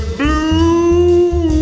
blue